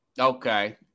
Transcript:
Okay